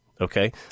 okay